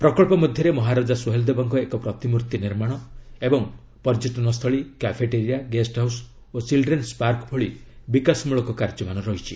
ପ୍ରକଳ୍ପ ମଧ୍ୟରେ ମହାରାଜା ସୋହେଲ ଦେବଙ୍କ ଏକ ପ୍ରତିମୂର୍ତ୍ତି ନିର୍ମାଣ ଏବଂ ପର୍ଯ୍ୟଟନସ୍ଥଳୀ cafeteria guest house children's park ଭଳି ବିକାଶମ୍ଭଳକ କାର୍ଯ୍ୟମାନ ରହିଛି